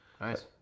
Nice